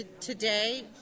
today